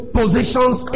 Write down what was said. positions